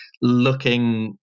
looking